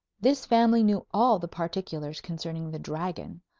this family knew all the particulars concerning the dragon,